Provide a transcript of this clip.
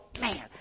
man